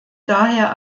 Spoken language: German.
daher